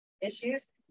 issues